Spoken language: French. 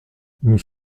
nous